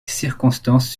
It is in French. circonstances